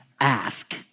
ask